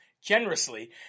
generously